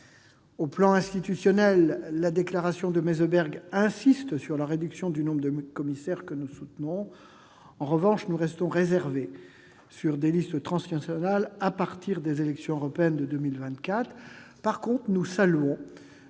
Au plan institutionnel, la déclaration de Meseberg insiste sur la réduction du nombre de commissaires, mesure que nous soutenons. En revanche, nous restons réservés sur des listes transnationales à partir des élections européennes de 2024. Cela étant, nous saluons